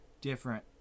different